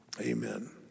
amen